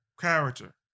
character